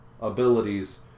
abilities